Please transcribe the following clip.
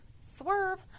swerve